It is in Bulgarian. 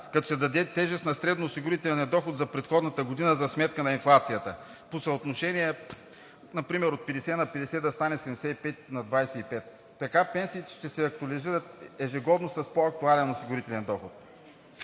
като се даде тежест на средноосигурителния доход за предходната година за сметка на инфлацията. По съотношение например от 50/50 да стане 75/25. Така пенсиите ще се актуализират ежегодно с по-актуален осигурителен доход.